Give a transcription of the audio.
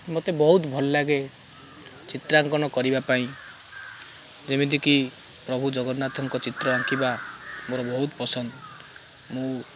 ମୋତେ ବହୁତ ଭଲ ଲାଗେ ଚିତ୍ରାଙ୍କନ କରିବା ପାଇଁ ଯେମିତିକି ପ୍ରଭୁ ଜଗନ୍ନାଥଙ୍କ ଚିତ୍ର ଆଙ୍କିବା ମୋର ବହୁତ ପସନ୍ଦ ମୁଁ